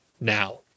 now